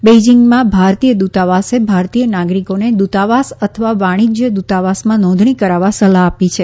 બેઇજિંગમાં ભારતીય દૂતાવાસે ભારતીય નાગરિકોને દૂતાવાસ અથવા વાણિજ્ય દૂતાવાસમાં નોંધણી કરાવવા સલાહ આપી છે